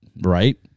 Right